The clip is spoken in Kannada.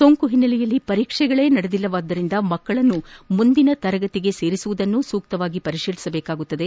ಸೋಂಕಿನ ಹಿನ್ನೆಲೆಯಲ್ಲಿ ಪರೀಕ್ಷೆಗಳು ನಡೆದಿಲ್ಲವಾದ್ದರಿಂದ ಮಕ್ಕಳನ್ನು ಮುಂದಿನ ತರಗತಿಗೆ ಸೇರಿಸುವುದನ್ನೂ ಸೂಕ್ತವಾಗಿ ಪರಿಶೀಲಿಸಬೇಕು